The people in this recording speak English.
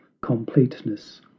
completeness